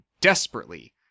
desperately